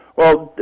well,